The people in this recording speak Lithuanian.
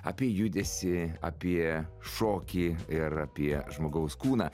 apie judesį apie šokį ir apie žmogaus kūną